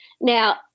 Now